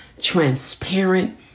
transparent